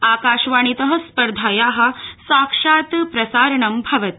आकाशवाणीत स्पर्धाया साक्षात् प्रसारणं भवति